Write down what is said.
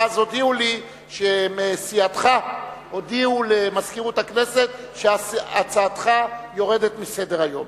ואז הודיעו לי שמסיעתך הודיעו למזכירות הכנסת שהצעתך יורדת מסדר-היום.